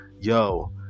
Yo